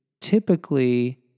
Typically